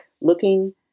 looking